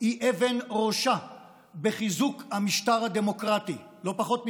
היא אבן ראשה בחיזוק המשטר הדמוקרטי, לא פחות מזה.